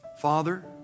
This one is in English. Father